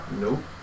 Nope